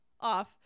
off